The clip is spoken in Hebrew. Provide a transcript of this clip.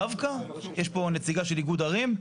דווקא יש פה נציגה של איגוד ערים.